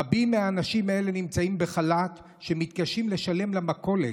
רבים מהאנשים האלה נמצאים בחל"ת ומתקשים לשלם למכולת,